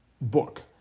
book